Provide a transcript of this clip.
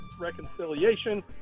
reconciliation